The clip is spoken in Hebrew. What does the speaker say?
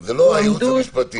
זה לא הייעוץ המשפטי.